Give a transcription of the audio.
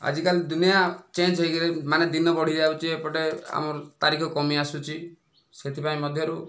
ଆଜିକାଲି ଦୁନିଆ ଚେଞ୍ଜ ହୋଇଗଲାଣି ମାନେ ଦିନ ବଢ଼ି ଯାଉଛି ଏପଟେ ଆମ ତାରିଖ କମି ଆସୁଛି ସେଥିପାଇଁ ମଧ୍ୟରୁ